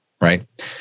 right